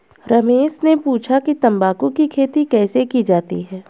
रमेश ने पूछा कि तंबाकू की खेती कैसे की जाती है?